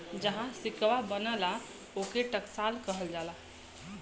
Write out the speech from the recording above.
जहाँ सिक्कवा बनला, ओके टकसाल कहल जाला